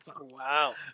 Wow